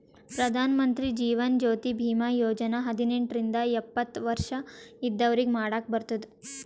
ಪ್ರಧಾನ್ ಮಂತ್ರಿ ಜೀವನ್ ಜ್ಯೋತಿ ಭೀಮಾ ಯೋಜನಾ ಹದಿನೆಂಟ ರಿಂದ ಎಪ್ಪತ್ತ ವರ್ಷ ಇದ್ದವ್ರಿಗಿ ಮಾಡಾಕ್ ಬರ್ತುದ್